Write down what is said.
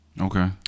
Okay